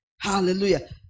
Hallelujah